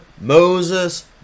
Moses